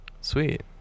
sweet